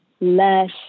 less